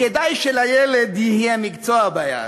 "כדאי שלילד יהיה מקצוע ביד",